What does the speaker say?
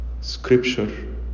Scripture